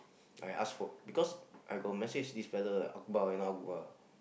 I ask for because I got message this fellow Akbar you know Akbar